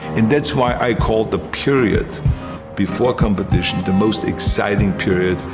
and that's why i called the period before competition the most exciting period,